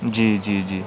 جی جی جی